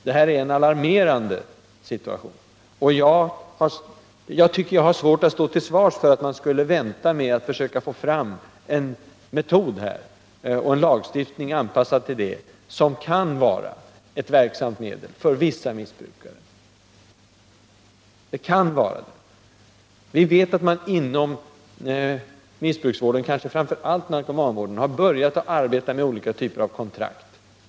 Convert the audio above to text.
Det är en alarmerande situation, och jag har svårt att stå till svars för att vänta med att försöka få fram en metod och en lagstiftning anpassad till den, som kan vara ett verksamt medel för vissa missbrukare. Vi vet att man inom missbruksvården och kanske framför allt inom narkomanvården har börjat arbeta med olika typer av kontrakt.